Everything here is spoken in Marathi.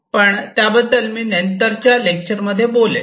पण त्याबद्दल मी नंतरच्या लेक्चर मध्ये बोलेल